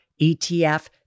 ETF